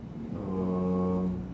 uh